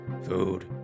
Food